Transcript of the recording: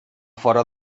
fora